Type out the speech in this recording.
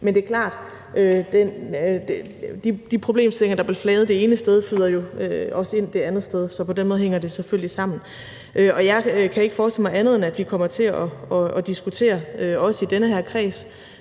Men det er klart, at de problemstillinger, der bliver flaget det ene sted, flyder jo også ind det andet sted, så på den måde hænger det selvfølgelig sammen. Og jeg kan ikke forestille mig andet, end at vi kommer til at diskutere det også i den her kreds,